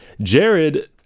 Jared